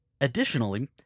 Additionally